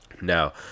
Now